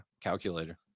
Calculator